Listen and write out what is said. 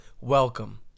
Welcome